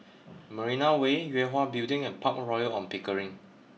Marina Way Yue Hwa Building and Park Royal On Pickering